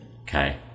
Okay